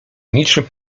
niczym